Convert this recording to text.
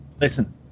listen